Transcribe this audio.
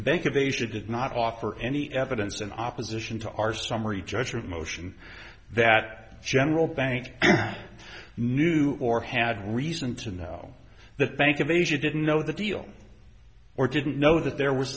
they could they should not offer any evidence in opposition to our summary judgment motion that general bank knew or had reason to know that bank of asia didn't know the deal or didn't know that there was